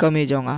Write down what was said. ᱠᱟᱹᱢᱤ ᱡᱚᱝᱼᱟ